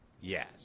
Yes